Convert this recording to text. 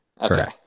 Okay